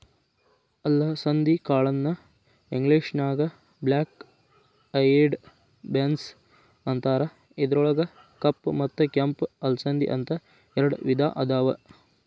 ಅಲಸಂದಿ ಕಾಳನ್ನ ಇಂಗ್ಲೇಷನ್ಯಾಗ ಬ್ಲ್ಯಾಕ್ ಐಯೆಡ್ ಬೇನ್ಸ್ ಅಂತಾರ, ಇದ್ರೊಳಗ ಕಪ್ಪ ಮತ್ತ ಕೆಂಪ ಅಲಸಂದಿ, ಅಂತ ಎರಡ್ ವಿಧಾ ಅದಾವ